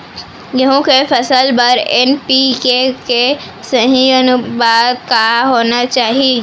गेहूँ के फसल बर एन.पी.के के सही अनुपात का होना चाही?